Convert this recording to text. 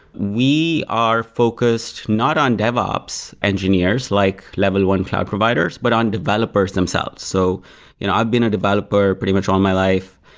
we are focused not on devops engineers, like level one cloud providers, but on developers themselves. so you know i've been a developer pretty much all my life.